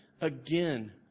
again